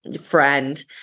friend